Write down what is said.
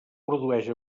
produeix